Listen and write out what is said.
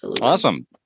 Awesome